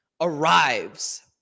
arrives